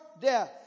Death